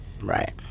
right